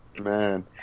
Man